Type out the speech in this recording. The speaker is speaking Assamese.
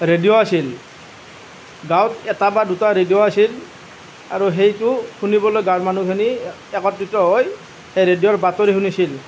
ৰেডিঅ' আছিল গাঁৱত এটা বা দুটা ৰেডিঅ' আছিল আৰু সেইটো শুনিবলৈ গাঁৱৰ মানুহখিনি একত্ৰিত হৈ ৰেডিঅ'ৰ বাতৰি শুনিছিল